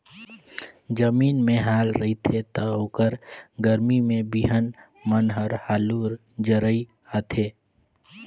जमीन में हाल रहिथे त ओखर गरमी में बिहन मन हर हालू जरई आथे